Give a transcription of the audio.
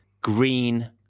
green